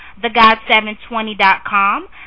thegod720.com